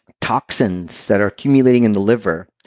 toxins that are accumulating in the liver,